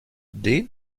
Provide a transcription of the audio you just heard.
den